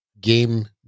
game